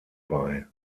bei